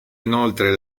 inoltre